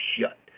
shut